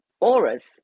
auras